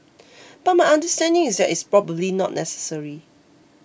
but my understanding is that it's probably not necessary